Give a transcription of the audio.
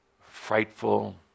frightful